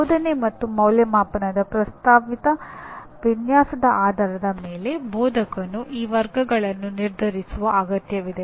ಬೋಧನೆ ಮತ್ತು ಅಂದಾಜುವಿಕೆಯ ಪ್ರಸ್ತಾವಿತ ವಿನ್ಯಾಸದ ಆಧಾರದ ಮೇಲೆ ಬೋಧಕನು ಈ ವರ್ಗಗಳನ್ನು ನಿರ್ಧರಿಸುವ ಅಗತ್ಯವಿದೆ